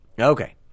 Okay